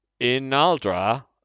Inaldra